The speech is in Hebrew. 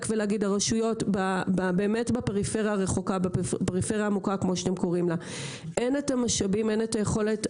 ולומר שלרשויות בפריפריה הבאמת רחוקה ועמוקה אין משאבים ויכולת.